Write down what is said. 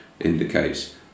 indicates